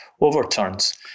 overturns